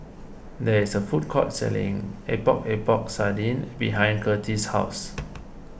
there is a food court selling Epok Epok Sardin behind Curtis' house